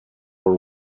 war